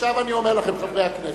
עכשיו אני אומר לכם, חברי הכנסת,